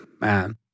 Man